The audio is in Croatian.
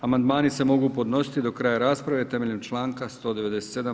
Amandmani se mogu podnositi do kraja rasprave, temeljem članka 197.